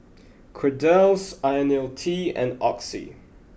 Kordel's Ionil T and Oxy